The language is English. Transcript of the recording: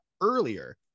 earlier